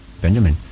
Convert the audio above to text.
Benjamin